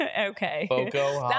okay